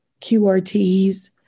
QRTs